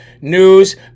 News